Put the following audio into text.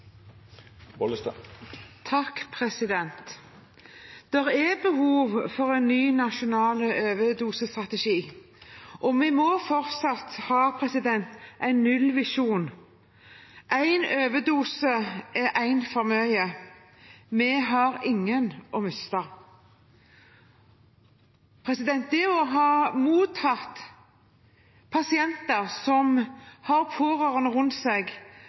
vi må fortsatt ha en nullvisjon. Én overdose er én for mye. Vi har ingen å miste. Det å ha mottatt pasienter som har pårørende rundt seg,